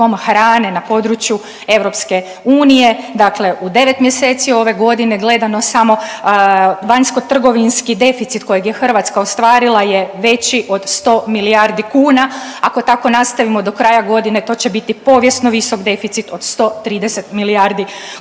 hrane na području EU. Dakle u 9 mjeseci ove godine gledano samo vanjsko-trgovinski deficit kojeg je Hrvatska ostvarila je veći od 100 milijardi kuna. Ako tako nastavimo do kraja godine to će biti povijesno visok deficit od 130 milijardi kuna.